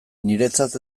niretzat